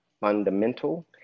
fundamental